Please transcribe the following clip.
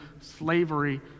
slavery